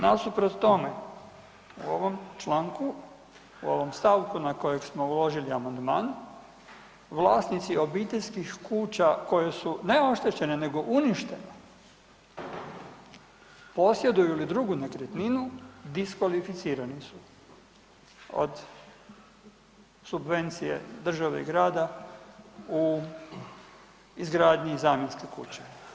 Nasuprot tome, u ovom članku, u ovom stavku na kojeg smo uložili amandman vlasnici obiteljskih kuća koje su ne oštećene nego uništene posjeduju li drugu nekretninu diskvalificirani su od subvencije države i grada u izgradnji zamjenske kuće.